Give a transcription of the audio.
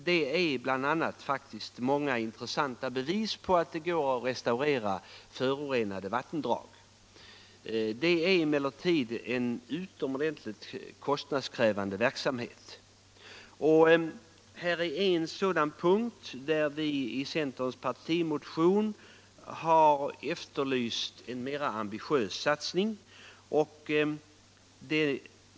Det finns bl.a. många intressanta bevis på att det går att restaurera förorenade vattendrag. Det är emellertid en utomordentligt kostnadskrävande verksamhet. Detta är en sådan punkt där vi i centerns partimotion efterlyste en mer ambitiös satsning.